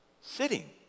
Sitting